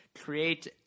create